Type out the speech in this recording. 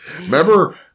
Remember